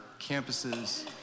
campuses